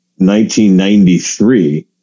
1993